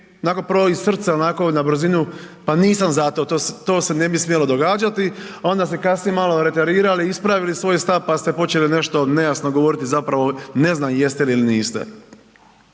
srca, onako na brzinu, pa nisam za to, to se ne bi smjelo događati, ali onda ste kasnije malo .../Govornik se ne razumije./... ispravili svoj stav pa ste počeli nešto nejasno govoriti zapravo, ne znam jeste li ili niste.